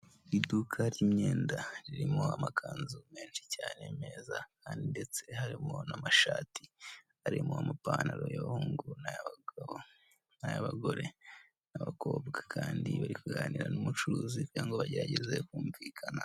Iduka ry'imyenda ririmo amakanzu menshi cyane meza kandi ndetse harimo n'amashati arimo amapantaro y'abahungu n'ay'abagabo nk'ay'abagore n'abakobwa kandi bariganira n'umucuruzi cyangwa bagerageza kumvikana.